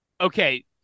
Okay